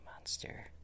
monster